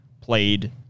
played